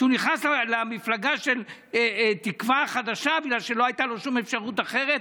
הוא נכנס למפלגה של תקווה חדשה בגלל שלא הייתה לו שום אפשרות אחרת.